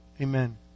Amen